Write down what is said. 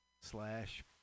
slash